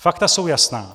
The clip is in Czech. Fakta jsou jasná.